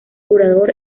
curador